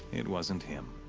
it wasn't him.